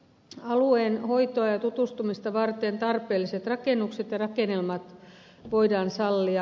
alueen hoitoa ja tutustumista varten tarpeelliset rakennukset ja rakennelmat voidaan sallia